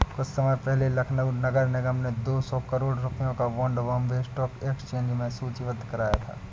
कुछ समय पहले लखनऊ नगर निगम ने दो सौ करोड़ रुपयों का बॉन्ड बॉम्बे स्टॉक एक्सचेंज में सूचीबद्ध कराया था